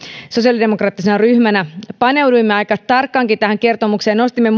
sosiaalidemokraattisena ryhmänä paneuduimme aika tarkkaankin tähän kertomukseen ja nostimme